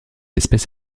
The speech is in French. espèce